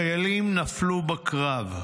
חיילים נפלו בקרב.